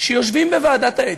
שיושבים בוועדת האתיקה,